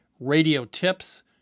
radiotips